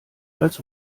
als